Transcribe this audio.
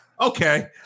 Okay